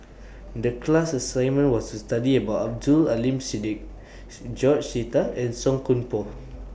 The class assignment was to study about Abdul Aleem Siddique George Sita and Song Koon Poh